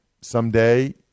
someday